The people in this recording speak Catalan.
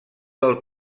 del